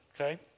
okay